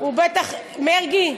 איפה מרגי?